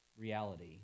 reality